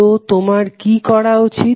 তো তোমার কি করা উচিত